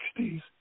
60s